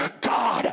God